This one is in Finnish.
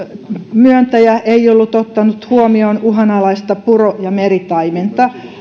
myöntäjä ei ollut ottanut huomioon uhanalaista puro eikä meritaimenta